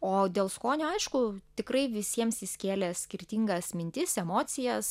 o dėl skonio aišku tikrai visiems jis kėlė skirtingas mintis emocijas